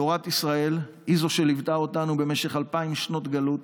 תורת ישראל היא שליוותה אותנו במשך אלפיים שנות גלות,